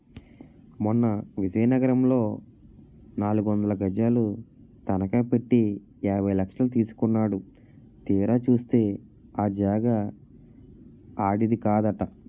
మొన్న విజయనగరంలో నాలుగొందలు గజాలు తనఖ పెట్టి యాభై లక్షలు తీసుకున్నాడు తీరా చూస్తే ఆ జాగా ఆడిది కాదట